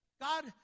God